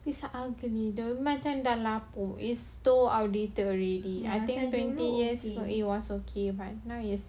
macam dah lapuk is so outdated already I think twenty years it was okay but now it's